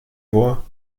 voir